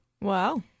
Wow